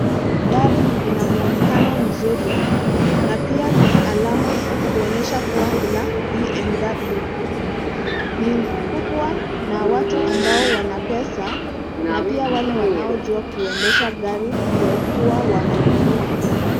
Gari lina mwonekanao mzuri na pia lina alama kuonyesha kua ni la BMW. Ni kubwa na watu ambao wanapesa na pia wale wanaojua kuendesha gari ndio hua wananunua.